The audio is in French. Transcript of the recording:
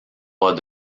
pas